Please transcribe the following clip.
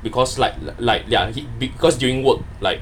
because like like ya because during work like